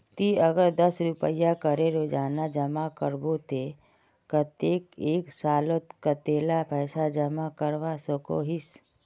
ती अगर दस रुपया करे रोजाना जमा करबो ते कतेक एक सालोत कतेला पैसा जमा करवा सकोहिस?